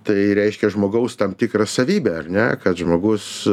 tai reiškia žmogaus tam tikrą savybę ar ne kad žmogus